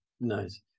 Nice